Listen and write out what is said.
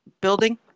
building